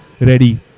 ready